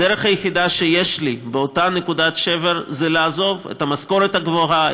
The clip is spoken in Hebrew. הדרך היחידה שיש לי באותה נקודת שבר זה לעזוב את המשכורת הגבוהה,